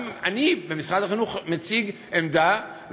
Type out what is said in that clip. גם אני מציג עמדה במשרד החינוך,